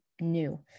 new